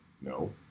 No